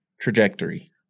trajectory